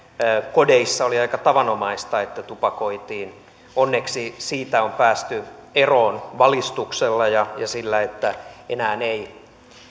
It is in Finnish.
kodeissa oli aika tavanomaista että tupakoitiin onneksi siitä on päästy eroon valistuksella ja sillä että enää ei